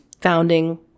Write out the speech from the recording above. founding